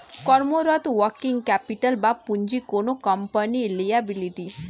কর্মরত working capital বা পুঁজি কোনো কোম্পানির লিয়াবিলিটি